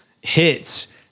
hits